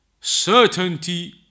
Certainty